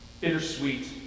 Bittersweet